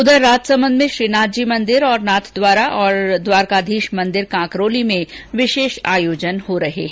उधर राजसमंद में श्रीनाथजी मंदिर नाथद्वारा और द्वारकाधीश मंदिर कांकरोली में विशेष आयोजन हो रहे हैं